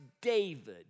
David